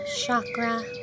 chakra